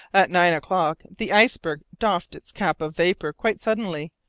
at nine o'clock the iceberg doffed its cap of vapour quite suddenly,